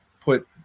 put